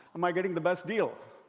am i getting the best deal?